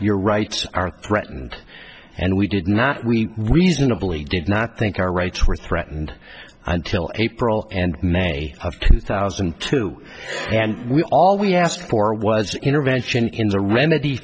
your rights are threatened and we did not we reasonably did not think our rights were threatened until april and may of two thousand and two and we all we asked for was intervention in a remedy